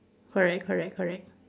correct correct correct